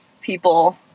people